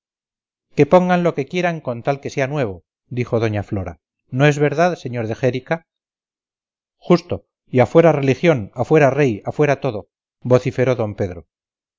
que pongan lo que quieran con tal que sea nuevo dijo doña flora no es verdad sr de xérica justo y afuera religión afuera rey afuera todo vociferó d pedro